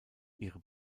ihre